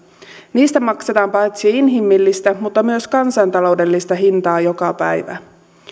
niistä maksetaan paitsi inhimillistä myös kansantaloudellista hintaa joka päivä